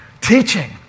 teaching